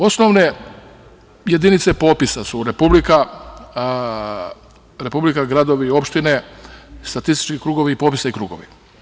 Osnovne jedinice popisa su republika, gradovi, opštine, statistički krugovi i popisni krugovi.